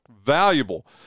Valuable